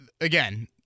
again